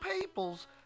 peoples